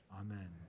Amen